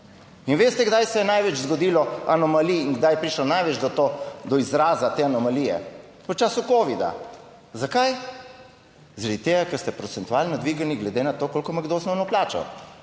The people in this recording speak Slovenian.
In veste, kdaj se je največ zgodilo anomalij in kdaj je prišlo največ za to do izraza, te anomalije? V času covida. Zakaj? Zaradi tega, ker ste procentualno dvignili glede na to, koliko ima kdo osnovno plačo.